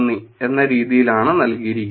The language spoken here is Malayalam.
" എന്ന രീതിയിലാണ് നൽകിയിരിക്കുന്നത്